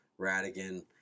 Radigan